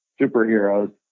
superheroes